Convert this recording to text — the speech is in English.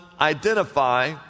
identify